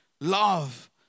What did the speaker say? love